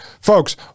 Folks